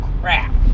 crap